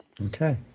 Okay